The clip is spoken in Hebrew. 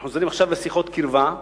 אנחנו חוזרים עכשיו לשיחת קרבה,